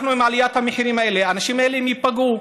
עם עליית המחירים הזאת האנשים האלה ייפגעו.